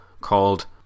called